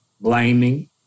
blaming